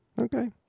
Okay